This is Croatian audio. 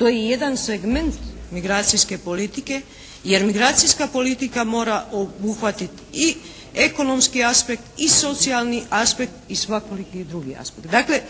To je jedan segment migracijske politike, jer migracijska politika mora obuhvatiti i ekonomski aspekt i socijalni aspekt i svakoliki drugi aspekt. Dakle,